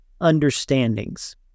understandings